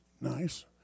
nice